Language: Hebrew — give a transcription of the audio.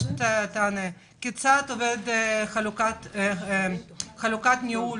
כיצד עובדת חלוקת הניהול